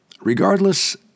Regardless